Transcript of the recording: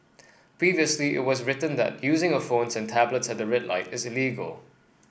previously it was written that using of phones and tablets at the red light is illegal